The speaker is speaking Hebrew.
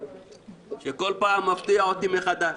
שכל פעם מפתיע אותי מחדש.